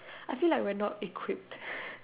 I feel like we're not equipped